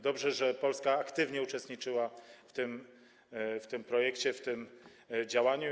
Dobrze, że Polska aktywnie uczestniczyła w tym projekcie, w tym działaniu.